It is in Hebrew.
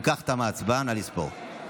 אם כך, תמה ההצבעה, נא לספור.